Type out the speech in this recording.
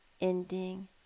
ending